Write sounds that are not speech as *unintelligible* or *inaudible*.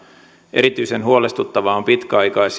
erityisen huolestuttavaa on pitkäaikais *unintelligible*